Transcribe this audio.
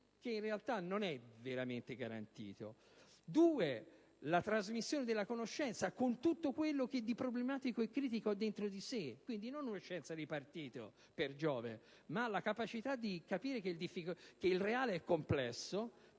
che in realtà non è veramente garantita, e in secondo luogo, la trasmissione della conoscenza, con tutto ciò che di problematico e critico ha dentro di sé, e dunque non una scienza di partito - per Giove! - ma la capacità di capire che il reale è complesso.